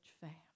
family